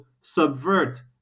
subvert